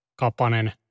Kapanen